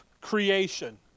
creation